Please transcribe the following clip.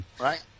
right